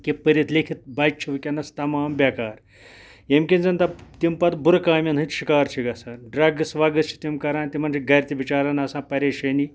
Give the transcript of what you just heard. کہِ پٔرِتھ لیکھِتھ بَچہِ چھِ وٕنۍکٮ۪نَس تمام بیکار ییٚمہِ کِنۍ زَن دَپ تِم پَتہٕ بُرٕ کامٮ۪ن ہٕنٛدۍ شکار چھِ گژھان ڈرٛگٕز وَگٕز چھِ تِم کَران تِمَن چھِ گَرِ تہِ بَچارَن آسان پریشٲنی